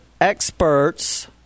Experts